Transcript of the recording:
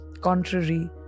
contrary